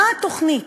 מה התוכנית?